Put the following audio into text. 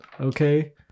okay